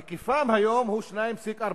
היקפם היום הוא 2.4,